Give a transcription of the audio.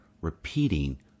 repeating